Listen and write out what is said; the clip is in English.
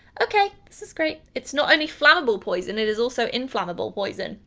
okay, this is great. it's not only flammable poison, it is also inflammable poison.